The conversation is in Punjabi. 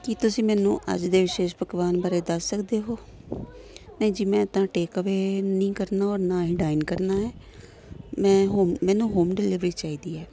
ਕੀ ਤੁਸੀਂ ਮੈਨੂੰ ਅੱਜ ਦੇ ਵਿਸ਼ੇਸ਼ ਪਕਵਾਨ ਬਾਰੇ ਦੱਸ ਸਕਦੇ ਹੋ ਨਹੀਂ ਜੀ ਮੈਂ ਤਾਂ ਟੇਕਵੇ ਨਹੀਂ ਕਰਨਾ ਔਰ ਨਾ ਹੀ ਡਾਇਨ ਕਰਨਾ ਹੈ ਮੈਂ ਹੋਮ ਮੈਨੂੰ ਹੋਮ ਡਿਲੀਵਰੀ ਚਾਹੀਦੀ ਹੈ